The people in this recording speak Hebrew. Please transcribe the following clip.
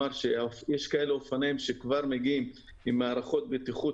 יש רכבים שכבר מגיעים עם מערכות בטיחות